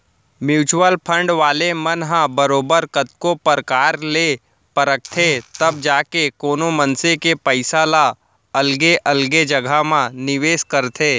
mutual fund वाले मन ह बरोबर कतको परकार ले परखथें तब जाके कोनो मनसे के पइसा ल अलगे अलगे जघा म निवेस करथे